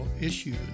issues